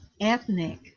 ethnic